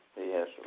Yes